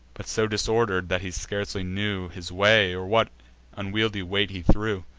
but so disorder'd, that he scarcely knew his way, or what unwieldly weight he threw.